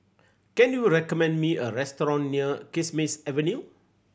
can you recommend me a restaurant near Kismis Avenue